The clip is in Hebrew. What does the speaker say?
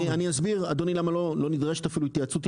אני אסביר אדוני למה לא נדרשת אפילו התייעצות,